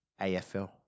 AFL